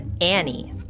Annie